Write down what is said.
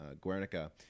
Guernica